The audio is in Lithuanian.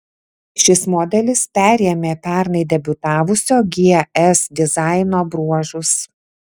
šis modelis perėmė pernai debiutavusio gs dizaino bruožus